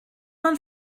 man